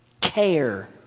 Care